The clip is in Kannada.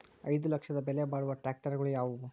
ಐದು ಲಕ್ಷದ ಬೆಲೆ ಬಾಳುವ ಟ್ರ್ಯಾಕ್ಟರಗಳು ಯಾವವು?